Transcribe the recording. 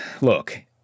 look